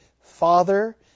Father